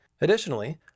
Additionally